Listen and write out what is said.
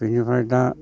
बेनिफ्राय दा